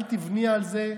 אל תבני על זה.